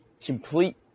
complete